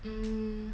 um